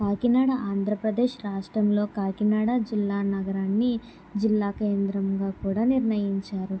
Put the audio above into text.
కాకినాడ ఆంధ్రప్రదేశ్ రాష్ట్రంలో కాకినాడ జిల్లా నగరాన్ని జిల్లాకేంద్రంగా కూడా నిర్ణయించారు